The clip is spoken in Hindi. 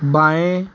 बाएँ